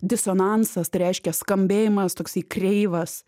disonansas tai reiškia skambėjimas toksai kreivas